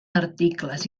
articles